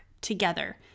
together